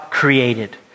Created